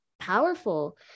powerful